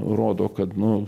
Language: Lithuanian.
rodo kad nu